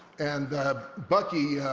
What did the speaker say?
and bucky